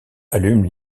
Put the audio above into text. allume